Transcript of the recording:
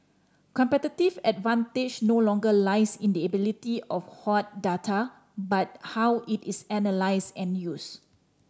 competitive advantage no longer lies in the ability of hoard data but how it is analysed and used